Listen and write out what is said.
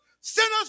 sinners